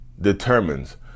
determines